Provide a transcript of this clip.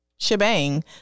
Shebang